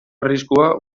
arriskua